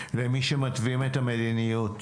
למי שמתווים את המדיניות.